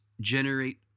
generate